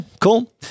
cool